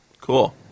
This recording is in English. Cool